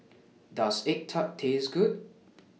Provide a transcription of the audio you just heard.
Does Egg Tart Taste Good